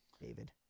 David